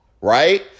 right